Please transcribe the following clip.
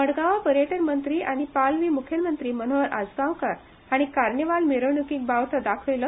मडगवां पर्यटन मंत्री आनी पालवी म्खेलमंत्री मनोहर आजगांवकार हाणीं कार्नवाल मिरवण्कीक बावटो दाखयलो